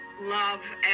love